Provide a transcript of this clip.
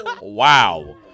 Wow